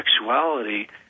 sexuality